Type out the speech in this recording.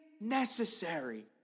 necessary